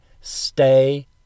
stay